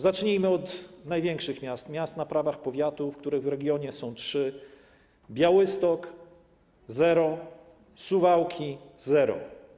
Zacznijmy od największych miast, miast na prawach powiatu, których w regionie jest trzy: Białystok - zero, Suwałki - zero.